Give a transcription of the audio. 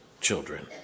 children